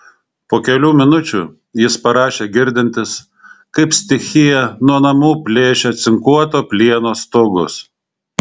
po kelių minučių jis parašė girdintis kaip stichija nuo namų plėšia cinkuoto plieno stogus